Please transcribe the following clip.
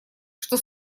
что